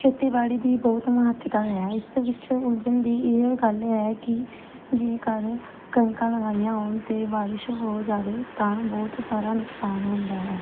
ਖੇਤੀਬਾੜੀ ਦੀ ਬਹੁਤ ਮਹੱਤਤਾ ਹੈ ਇਸ ਵਿੱਚ ਉਸ ਦਿਨ ਦੀ ਇਹ ਗੱਲ ਹੈ ਕਿ ਜੇਕਰ ਕਣਕਾਂ ਲਗਾਈਆਂ ਹੋਣ ਅਤੇ ਬਾਰਿਸ਼ ਹੋ ਜਾਵੇ ਤਾਂ ਬਹੁਤ ਸਾਰਾ ਨੁਕਸਾਨ ਹੁੰਦਾ ਹੈ